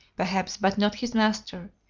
perhaps, but not his master,